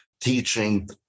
teaching